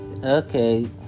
Okay